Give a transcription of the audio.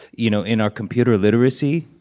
you know, in our computer literacy,